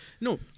No